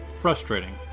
frustrating